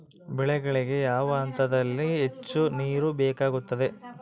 ಬೆಳೆಗಳಿಗೆ ಯಾವ ಹಂತದಲ್ಲಿ ಹೆಚ್ಚು ನೇರು ಬೇಕಾಗುತ್ತದೆ?